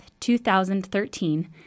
2013